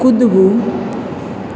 કૂદવું